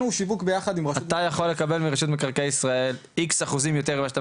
אתה יכול לקבל מרשות מקרקעי ישראל X יותר ממה שאתה